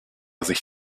sich